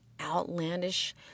outlandish